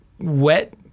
wet